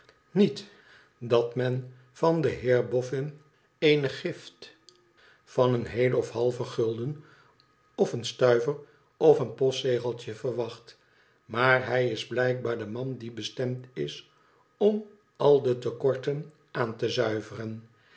niet dat men van den heer bofhn eene gift van een heelen of een halven gulden of een stuiver of een postzegeltje verwacht maar hij is blijkbaar de man die bestemd is om al de te korten aan te zuiveren